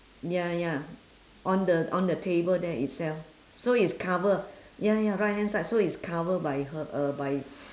ya ya on the on the table there itself so is cover ya ya right hand side so is cover by her uh by